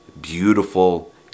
beautiful